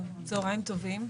בקשה,